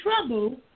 trouble